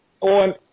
on